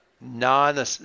non